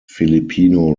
filipino